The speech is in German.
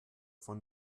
von